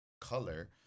color